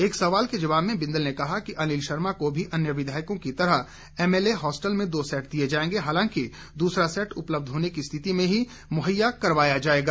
एक सवाल के जवाब में बिंदल ने कहा कि अनिल शर्मा को भी अन्य विधायकों की तरह एमएलए हॉस्टल में दो सैट दिए जाएंगे हालांकि दूसरा सैट उपलब्ध होने की रिथति में ही मुहैया करवाया जाएगा